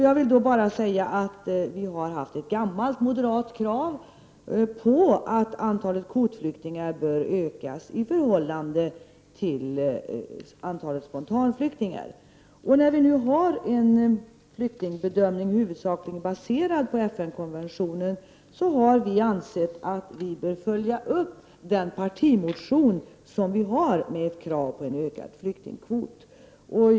Jag vill bara säga att vi sedan gammalt har haft ett moderat krav på att antalet kvotflyktingar skall ökas i förhållande till antalet spontanflyktingar. När vi nu har en flyktingbedömning huvudsakligen baserad på FN-konventionen, har vi ansett att vi bör följa upp partimotionen med krav på en ökad flyktingkvot.